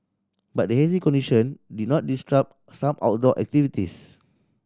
but the hazy condition did not disrupt some outdoor activities